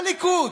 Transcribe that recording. הליכוד.